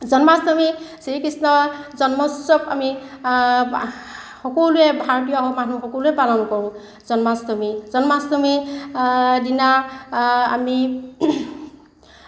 জন্মাষ্টমী শ্ৰী কৃষ্ণৰ জন্ম উৎসৱ আমি সকলোৱে ভাৰতীয় সকলোৱে পালন কৰোঁ জন্মাষ্টমী জন্মাষ্টমীৰ দিনা আমি